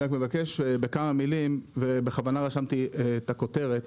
אני מבקש בכמה מילים ובכוונה רשמתי את הכותרת